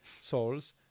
souls